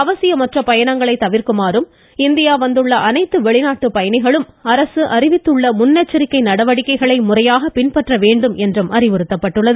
அவசியமற்ற பயணங்கை தவிர்க்குமாறும் இந்தியா வந்துள்ள அனைத்து வெளிநாட்டு பயணிகளும் அரசு அறிவித்துள்ள முன்னெச்சரிக்கை நடவடிக்கைகளை முறையாக பின்பற்ற வேண்டும் என்றும் அறிவுறுத்தப்பட்டுள்ளது